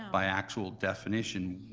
by actual definition,